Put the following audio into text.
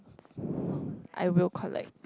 I will collect